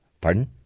Pardon